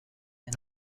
and